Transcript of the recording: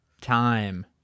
time